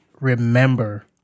remember